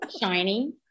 Shiny